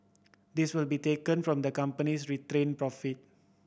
this will be taken from the company's retained profit